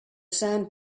sand